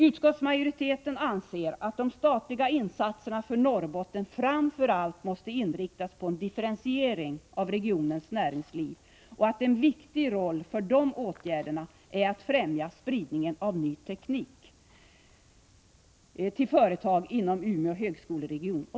Utskottsmajoriteten anser att de statliga insatserna för Norrbotten framför allt måste inriktas på en differentiering av regionens näringsliv och att det i det syftet är viktigt att främja spridningen av ny teknik till företag inom Umeå högskoleregion.